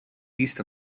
east